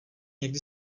někdy